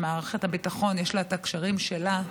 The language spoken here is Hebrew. שמערכת הביטחון יש לה את הקשרים שלה,